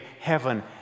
heaven